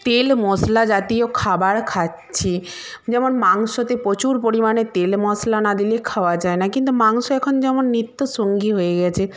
তেল মশলা জাতীয় খাবার খাচ্ছি যেমন মাংসতে প্রচুর পরিমাণে তেল মশলা না দিলে খাওয়া যায় না কিন্তু মাংস এখন যেমন নিত্য সঙ্গী হয়ে গেছে